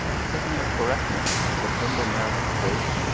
setting up correctness, that humble merit of prose,